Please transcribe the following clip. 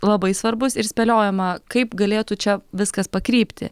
labai svarbus ir spėliojama kaip galėtų čia viskas pakrypti